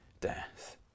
death